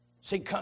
see